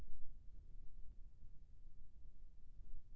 जमीन म पोषकतत्व के कमी का उपाय हे?